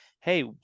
Hey